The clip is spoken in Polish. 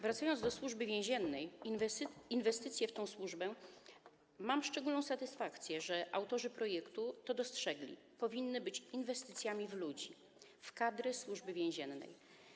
Wracając do Służby Więziennej, inwestycje w tę służbę - mam szczególną satysfakcję, że autorzy projektu to dostrzegli - powinny być inwestycjami w ludzi, w kadry Służby Więziennej.